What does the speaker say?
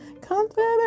confident